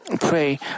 pray